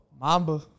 Mamba